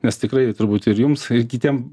nes tikrai turbūt ir jums ir kitiem